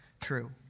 true